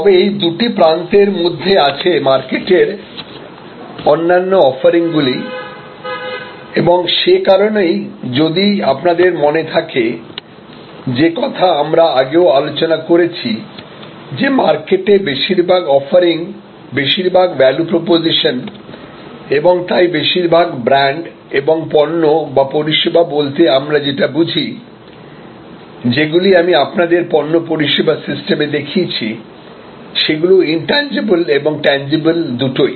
তবে এই দুটি প্রান্তের মধ্যে আছে মার্কেটের অন্যান্য অফারিং গুলি এবং সে কারণেই যদি আপনাদের মনে থাকে যে কথা আমরা আগেও আলোচনা করেছি যে মার্কেটে বেশিরভাগ অফারিং বেশিরভাগ ভ্যালু প্রপজিশন এবং তাই বেশিরভাগ ব্র্যান্ড এবং পণ্য বা পরিষেবা বলতে আমরা যেটা বুঝি যেগুলি আমি আপনাদের পণ্য পরিষেবা সিস্টেমে দেখিয়েছি সেগুলি ইনট্যানজিবল এবং ট্যানজিবল দুটোই